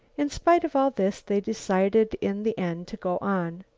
in spite of all this, they decided in the end to go on.